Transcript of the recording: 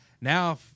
Now